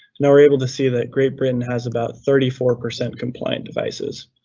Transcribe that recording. now we're able to see that great britain has about thirty four percent compliant devices.